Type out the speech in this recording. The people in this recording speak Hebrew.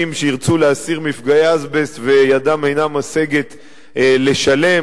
שירצו להסיר מפגעי אזבסט וידם אינה משגת לשלם.